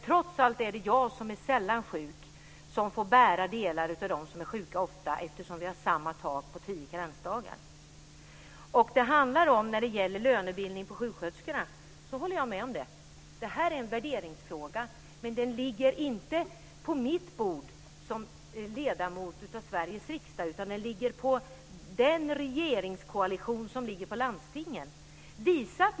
Trots allt är det jag som är sällan sjuk som får bära delar av dem som är sjuka ofta eftersom vi har samma tak på tio karensdagar. Jag håller med om det som sades om sjuksköterskornas lönebildning. Det är en värderingsfråga. Men den ligger inte på mitt bord som ledamot av Sveriges riksdag. Den uppgiften ligger på de koalitioner som styr i landstingen.